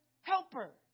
helper